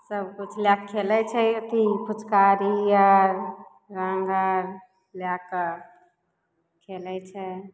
सबकिछु लए कऽ खेलय छै एत्ते फुचकारी आर रङ्गआर लए कऽ खेलय छै